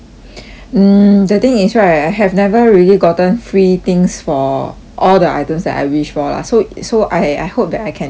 mm the is right I have never really gotten free things for all the items that I wish for lah so so I I hope that I can try it first